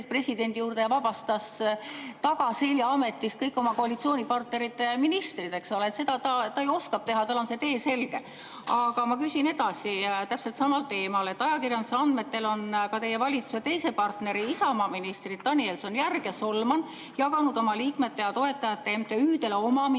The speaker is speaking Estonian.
presidendi juurde ja vabastas tagaselja ametist kõik oma koalitsioonipartnerite ministrid, eks ole. Seda ta ju oskab teha, tal on see tee selge. Ja ma küsin edasi täpselt samal teemal. Ajakirjanduse andmetel on ka teie valitsuse teise partneri, Isamaa ministrid Danilson-Järg ja Solman jaganud oma liikmete ja toetajate MTÜ-dele oma ministeeriumi